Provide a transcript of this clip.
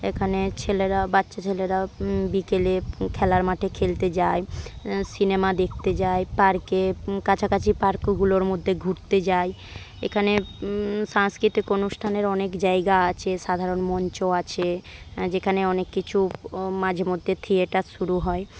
এখানে ছেলেরা বাচ্চা ছেলেরা বিকেলে খেলার মাঠে খেলতে যায় সিনেমা দেখতে যায় পার্কে কাছাকাছি পার্কগুলোর মধ্যে ঘুরতে যায় এখানে সাংস্কৃতিক অনুষ্ঠানের অনেক জায়গা আছে সাধারণ মঞ্চ আছে যেখানে অনেক কিছু মাঝেমধ্যে থিয়েটার শুরু হয়